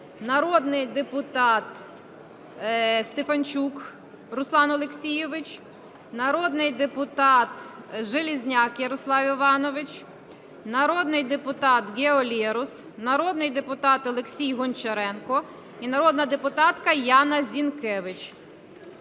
народний депутат Стефанчук Руслан Олексійович, народний депутат Железняк Ярослав Іванович, народний депутат Гео Лерос, народний депутат Олексій Гончаренко і народна депутатка Яна Зінкевич.